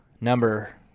Number